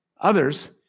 others